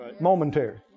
Momentary